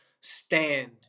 stand